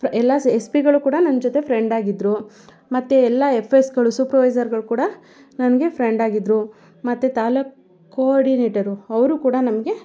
ಪ್ರ ಎಲ್ಲ ಸ್ ಎಸ್ ಪಿ ಗಳು ಕೂಡ ನನ್ನ ಜೊತೆ ಫ್ರೆಂಡಾಗಿದ್ದರು ಮತ್ತೆ ಎಲ್ಲ ಎಫ್ ಎಸ್ ಗಳು ಸೂಪರ್ವೈಸರ್ಗಳು ಕೂಡ ನನಗೆ ಫ್ರೆಂಡಾಗಿದ್ದರು ಮತ್ತೆ ತಾಲ್ಲೂಕು ಕೊ ಆರ್ಡಿನೇಟರು ಅವರು ಕೂಡ ನಮಗೆ